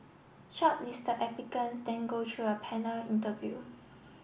shortlist applicants then go through a panel interview